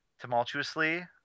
tumultuously